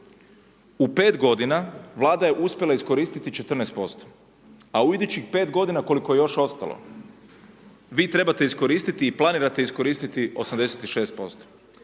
U 5 godina Vlada je uspjela iskoristiti 14%, a u idućih 5 godina koliko je još ostalo vi trebate iskoristiti i planirate iskoristiti 86%.